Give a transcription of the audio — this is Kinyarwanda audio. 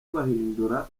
bahindura